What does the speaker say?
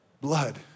blood